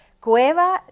cueva